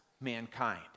mankind